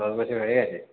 দশ বছর হয়ে গেছে